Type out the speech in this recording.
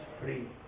free